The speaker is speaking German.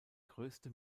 größte